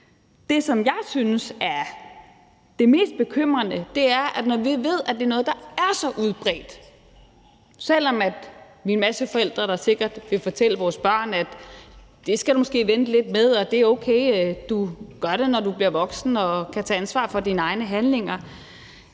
år, som har prøvet hash. Så signalet er i hvert fald derude, at det er noget, som mange gør. Selv om vi er en masse forældre, der sikkert vil fortælle vores børn, at det skal du måske vente lidt med, og at det er okay, at du gør det, når du bliver voksen og kan tage ansvar for dine egne handlinger,